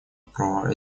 про